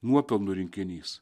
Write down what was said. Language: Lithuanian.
nuopelnų rinkinys